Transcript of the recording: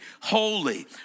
holy